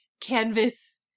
canvas